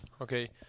Okay